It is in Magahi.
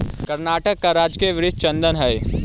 कर्नाटक का राजकीय वृक्ष चंदन हई